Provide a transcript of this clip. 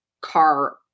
car